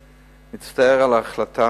אני מצטער על ההחלטה.